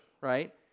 right